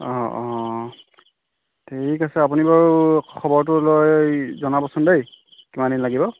অঁ অঁ ঠিক আছে আপুনি বাৰু খবৰটো লৈ জনাবচোন দেই কিমান দিন লাগিব